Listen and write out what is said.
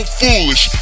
foolish